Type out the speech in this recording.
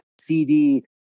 CD